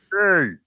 hey